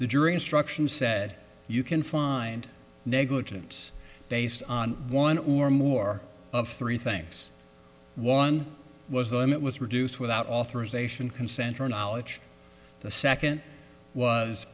the jury instructions said you can find negligence based on one or more of three things one was the limit was reduced without authorization consent or knowledge the second was